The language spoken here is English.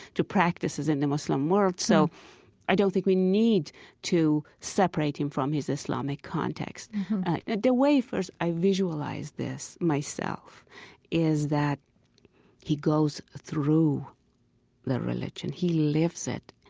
to practices in the muslim world, so i don't think we need to separate him from his islamic context the way first i visualize this myself is that he goes through the religion, he lives it,